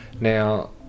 Now